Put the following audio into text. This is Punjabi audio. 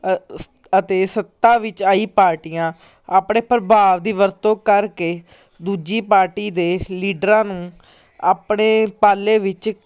ਸ ਅਤੇ ਸੱਤਾ ਵਿੱਚ ਆਈ ਪਾਰਟੀਆਂ ਆਪਣੇ ਪ੍ਰਭਾਵ ਦੀ ਵਰਤੋਂ ਕਰਕੇ ਦੂਜੀ ਪਾਰਟੀ ਦੇ ਲੀਡਰਾਂ ਨੂੰ ਆਪਣੇ ਪਾਲੇ ਵਿੱਚ